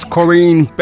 Corrine